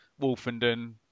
wolfenden